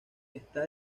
está